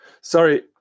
sorry